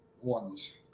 ones